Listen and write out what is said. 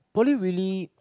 poly really